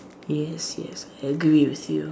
yes yes I agree with you